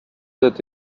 that